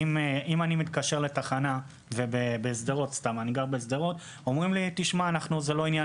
אם אני מתקשר לתחנה בשדרות ואומרים לי: זה לא עניין